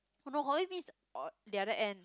no is o~ the other end